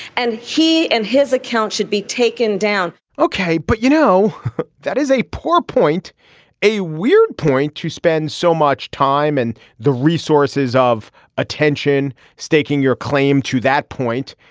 and he and his account should be taken down ok but you know that is a poor point a weird point to spend so much time and the resources of attention staking your claim to that point.